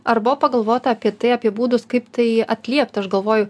ar buvo pagalvota apie tai apie būdus kaip tai atliepti aš galvoju